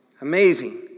Amazing